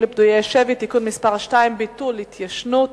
לפדויי שבי (תיקון מס' 2) (ביטול התיישנות),